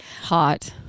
hot